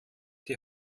die